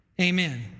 Amen